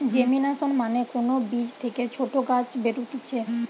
germination মানে কোন বীজ থেকে ছোট গাছ বেরুতিছে